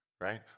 Right